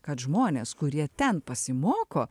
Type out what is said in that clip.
kad žmonės kurie ten pasimoko